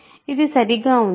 ఇది సరిగ్గా ఉంది